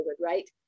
right